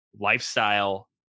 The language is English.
lifestyle